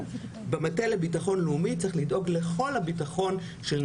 במטה לביטחון לאומי,